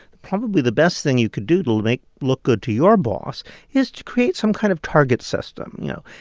probably the best thing you could do to make look good to your boss is to create some kind of target system. you know,